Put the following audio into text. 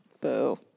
Boo